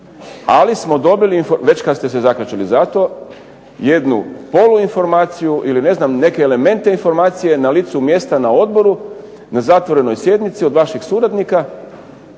informaciju, već kad ste se zakačili za to, jednu poluinformaciju ili ne znam, neke elemente informacije na licu mjesta na odboru, na zatvorenoj sjednici od vaših suradnika.